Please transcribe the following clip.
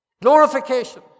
Glorification